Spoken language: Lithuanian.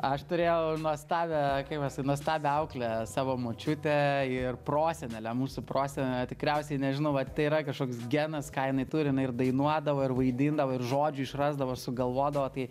aš turėjau nuostabią kaip pasakyt nuostabią auklę savo močiutę ir prosenelę mūsų prosenelė tikriausiai nežinauvat tai yra kažkoks genas ką jinai turi jinai ir dainuodavo ir vaidindavo ir žodžių išrasdavo sugalvodavo tai